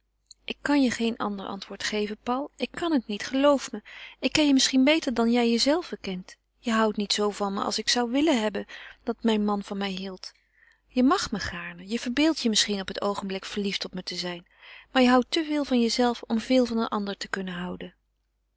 ik kan je geen ander antwoord geven paul ik kan het niet geloof me ik ken je misschien beter dan jij je zelven kent je houdt niet zoo van me als ik zou willen hebben dat mijn man van me hield je mag me gaarne je verbeeldt je misschien op het oogenblik verliefd op me te zijn maar je houdt te veel van jezelven om veel van een ander te kunnen houden